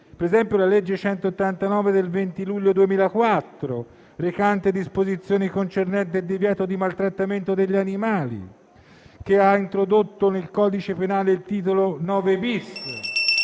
ad esempio la legge n. 189 del 20 luglio 2004 recante: «disposizioni concernenti il divieto di maltrattamento degli animali» che ha introdotto nel codice penale il titolo IX-*bis*.